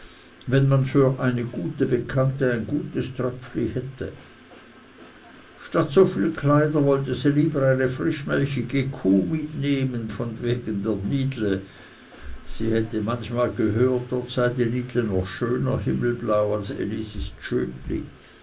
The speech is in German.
wenn man für eine gute bekannte ein gutes tröpfli hätte statt so viel kleider wollte sie lieber eine frischmelchige kuh mitnehmen von wegen der nidle sie hätte manchmal gehört dort sei die nidle noch schöner himmelblau als